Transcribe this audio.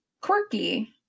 quirky